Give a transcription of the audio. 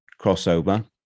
crossover